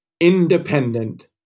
independent